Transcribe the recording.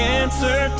answer